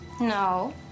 No